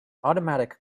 automatic